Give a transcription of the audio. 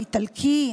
איטלקי,